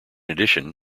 addition